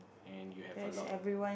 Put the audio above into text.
and you have a lot